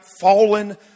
fallen